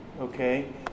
okay